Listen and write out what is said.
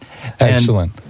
Excellent